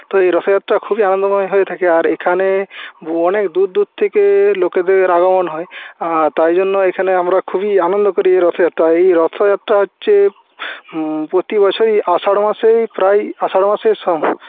তো এই রথযাত্রা খুবই আনন্দময় হয়ে থাকে আর এখানে অনেক দূর দূর থেকে লোকেদের আগমন হয় তাই জন্য এখানে আমরা খুবই আনন্দ করি এই রথযাত্রায় এই রথযাত্রা হচ্ছে প্রতি বছরই আষাঢ় মাসেই প্রায় আষাঢ় মাসের স